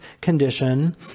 condition